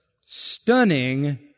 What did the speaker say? Stunning